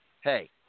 hey